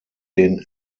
den